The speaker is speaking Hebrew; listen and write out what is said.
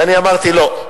ואני אמרתי: לא.